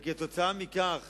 וכתוצאה מכך